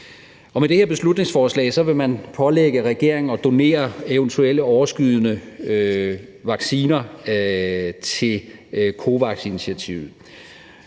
Med det her beslutningsforslag vil man pålægge regeringen at donere eventuelle overskydende vacciner til COVAX-initiativet.